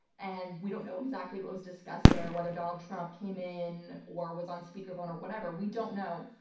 and we don't know exactly what was discussed there, whether donald trump came in or was on speaker phone or whatever. we don't know,